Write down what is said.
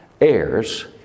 heirs